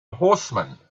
horseman